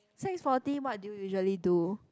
six forty what do you usually do